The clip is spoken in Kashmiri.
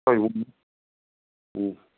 تۄہہِ